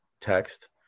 text